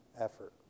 effort